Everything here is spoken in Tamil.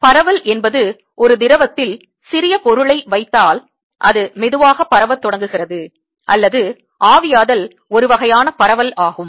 பரவல் என்பது ஒரு திரவத்தில் சிறிது பொருளை வைத்தால் அது மெதுவாக பரவத் தொடங்குகிறது அல்லது ஆவியாதல் ஒரு வகையான பரவல் ஆகும்